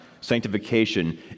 Sanctification